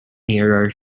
nearer